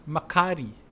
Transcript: Makari